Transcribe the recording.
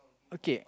okay